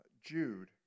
Jude